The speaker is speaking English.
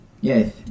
Yes